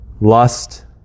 lust